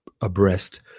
abreast